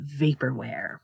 vaporware